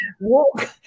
walk